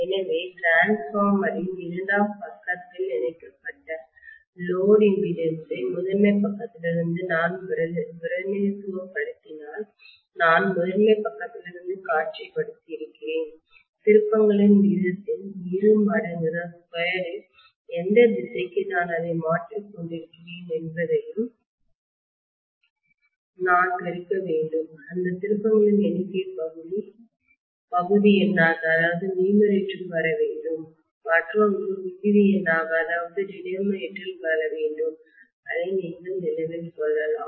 எனவே டிரான்ஸ்பார்மரின் இரண்டாம் பக்கத்தில் இணைக்கப்பட்ட லோடு இம்பிடிடன்ஸ் ஐ முதன்மை பக்கத்திலிருந்து நான் பிரதிநிதித்துவப்படுத்தினால் நான் முதன்மை பக்கத்திலிருந்து காட்சிப்படுத்தியிருக்கிறேன் திருப்பங்களின் விகிதத்தின் இரு மடங்கு ஐ ஸ்கொயர் எந்த திசைக்கு நான் அதை மாற்றிக் கொண்டிருக்கிறேன் என்பதையும் நான் பெருக்க வேண்டும் அந்த திருப்பங்களின் எண்ணிக்கை பகுதி எண்ணாக நியூமரேட்டர் வர வேண்டும் மற்றொன்று விகுதி எண்ணாக டினாமிநேட்டர் வர வேண்டும் அதை நீங்கள் நினைவில் கொள்ளலாம்